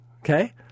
Okay